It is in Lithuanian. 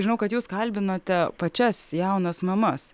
žinau kad jūs kalbinote pačias jaunas mamas